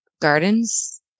gardens